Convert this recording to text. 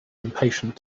impatient